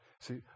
See